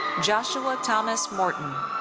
joshua thomas morton.